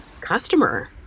customer